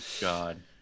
god